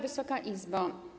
Wysoka Izbo!